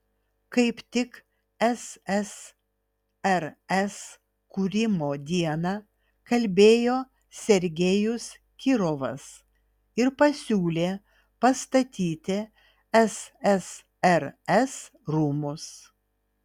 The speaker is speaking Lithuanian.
kaip tik ssrs kūrimo dieną kalbėjo sergejus kirovas ir pasiūlė pastatyti ssrs rūmus